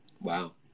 Wow